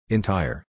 Entire